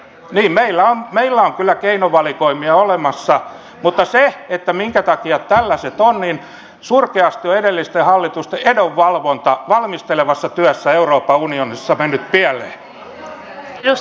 niin meillä on kyllä keinovalikoimia olemassa mutta se minkä takia tällaiset on niin siksi että surkeasti on edellisten hallitusten edunvalvonta valmistelevassa työssä euroopan unionissa mennyt pieleen